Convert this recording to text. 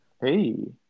Hey